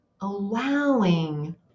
allowing